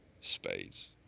Spades